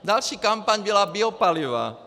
Další kampaň byla biopaliva.